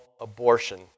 abortion